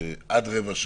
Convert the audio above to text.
עד רבע שעה.